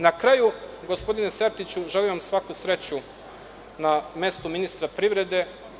Na kraju, gospodine Sertiću, želim vam svaku sreću na mestu ministra privrede.